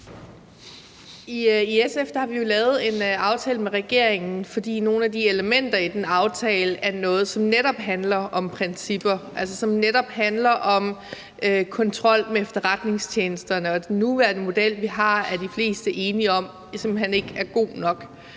I SF har vi jo lavet en aftale med regeringen, fordi nogle af de elementer i den aftale er noget, som netop handler om principper, altså som netop handler om kontrol med efterretningstjenesterne. Den nuværende model, vi har, er de fleste enige om simpelt hen ikke er god nok.